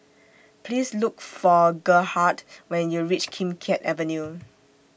Please Look For Gerhardt when YOU REACH Kim Keat Avenue